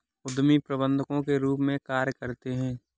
उद्यमी प्रबंधकों के रूप में कार्य करते हैं